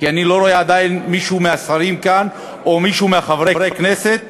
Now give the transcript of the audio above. כי אני לא רואה עדיין מישהו מהשרים כאן או מישהו מחברי הכנסת